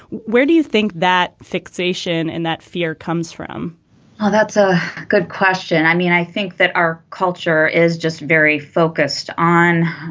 where do you think that fixation and that fear comes from well that's a good question i mean i think that our culture is just very focused on